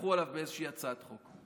יתהפכו עליו באיזושהי הצעת חוק.